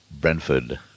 Brentford